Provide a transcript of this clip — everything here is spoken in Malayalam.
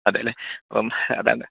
അതേല്ലേ അപ്പം അതാണ്